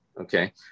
Okay